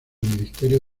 ministerio